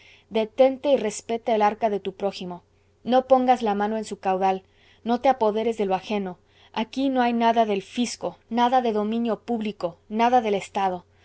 detente y respeta el arca de tu prójimo no pongas la mano en su caudal no te apoderes de lo ajeno aquí no hay nada del fisco nada de dominio público nada del estado